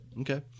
Okay